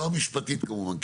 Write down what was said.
לא המשפטית כמובן,